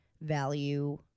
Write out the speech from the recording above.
value